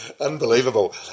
Unbelievable